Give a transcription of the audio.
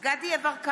דסטה גדי יברקן,